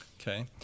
Okay